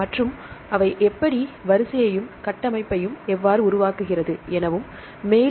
மற்றும் அவை எப்படி வரிசையும் கட்டமைப்பையும் எவ்வாறு உருவாக்குகிறது எனவும் மேலும்